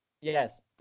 Yes